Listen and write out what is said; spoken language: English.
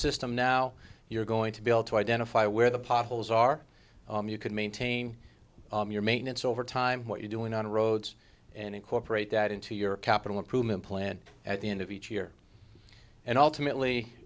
system now you're going to be able to identify where the potholes are you can maintain your maintenance over time what you're doing on roads and incorporate that into your capital improvement plan at the end of each year and